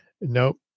Nope